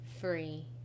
free